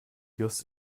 just